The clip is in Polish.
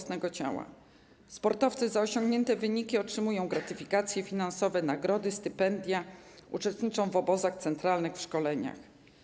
Sportowcy za osiągnięte wyniki otrzymują gratyfikacje finansowe, nagrody, stypendia, uczestniczą w obozach centralnych, w szkoleniach.